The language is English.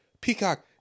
Peacock